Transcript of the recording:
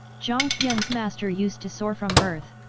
jiang tian's master used to soar from earth,